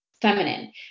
feminine